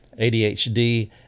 ADHD